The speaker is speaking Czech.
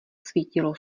svítilo